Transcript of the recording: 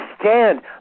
stand